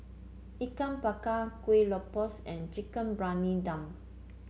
Ikan Bakar Kueh Lopes and Chicken Briyani Dum